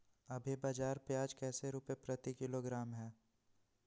अभी बाजार प्याज कैसे रुपए प्रति किलोग्राम है?